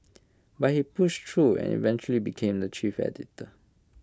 but he push through and eventually became the chief editor